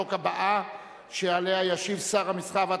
אני קובע שהצעת חוק שעות עבודה ומנוחה (תיקון,